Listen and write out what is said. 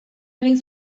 egin